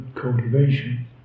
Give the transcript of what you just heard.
cultivation